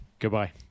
Goodbye